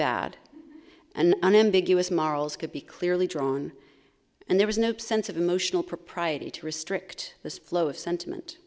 bad and an ambiguous morals could be clearly drawn and there was no sense of emotional propriety to restrict this flow of sentiment